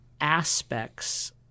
aspects